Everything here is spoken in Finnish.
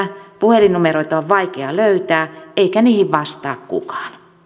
puhelinnumeroita on vaikea löytää eikä niihin vastaa kukaan